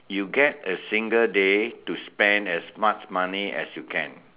you get a single day to spend as much money as you can